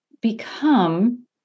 become